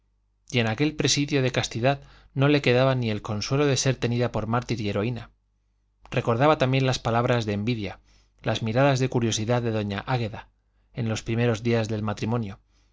y en aquel presidio de castidad no le quedaba ni el consuelo de ser tenida por mártir y heroína recordaba también las palabras de envidia las miradas de curiosidad de doña águeda q e p d en los primeros días del matrimonio